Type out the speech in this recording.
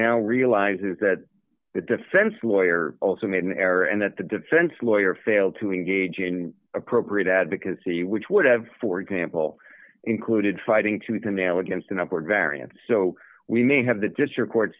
now realizes that the defense lawyer also made an error and that the defense lawyer failed to engage in appropriate advocacy which would have for example included fighting tooth and nail against an upward variance so we may have the district co